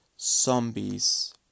zombies